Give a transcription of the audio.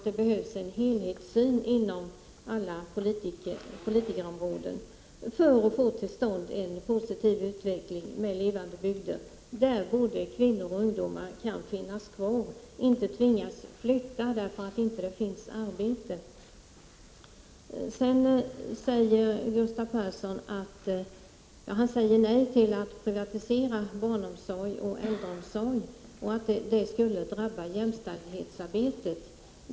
Det behövs en helhetssyn inom alla politikerområden för att få till stånd en positiv utveckling med levande bygder där både kvinnor och ungdomar kan bo kvar och inte tvingas flytta därför att det inte finns arbete. Sedan säger Gustav Persson nej till att privatisera barnoch äldreomsorg. Det skulle drabba jämställdhetsarbetet.